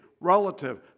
relative